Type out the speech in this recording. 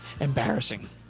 embarrassing